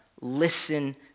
Listen